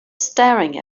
staring